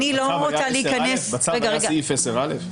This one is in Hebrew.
אני לא רוצה להיכנס --- בצו היה סעיף 10א?